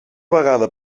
vegada